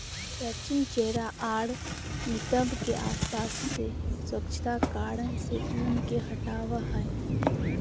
crutching चेहरा आर नितंब के आसपास से स्वच्छता कारण से ऊन के हटावय हइ